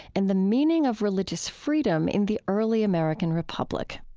and the meaning of religious freedom in the early american republic